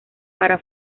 para